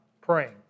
praying